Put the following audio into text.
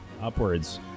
upwards